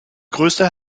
größte